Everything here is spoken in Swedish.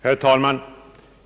Herr talman!